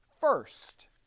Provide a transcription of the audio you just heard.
first